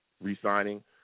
re-signing